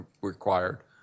required